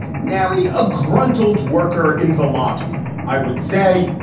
nary a gruntled worker in the lot i would say